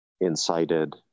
incited